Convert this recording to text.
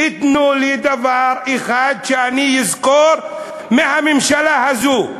תנו לי דבר אחד שאני אזכור מהממשלה הזאת.